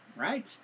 right